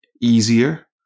easier